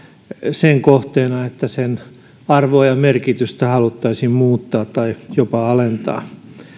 sen kohteena että sen arvoa ja merkitystä haluttaisiin muuttaa tai jopa alentaa